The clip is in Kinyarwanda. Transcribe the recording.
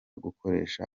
gukoresha